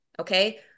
Okay